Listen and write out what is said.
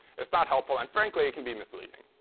it's not helpful. and, frankly, it can be misleading.